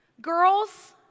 girls